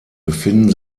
befinden